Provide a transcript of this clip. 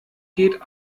geht